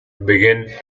begin